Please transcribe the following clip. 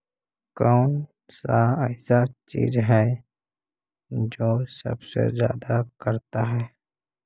कौन सा ऐसा चीज है जो सबसे ज्यादा करता है?